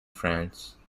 france